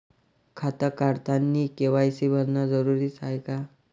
खातं काढतानी के.वाय.सी भरनं जरुरीच हाय का?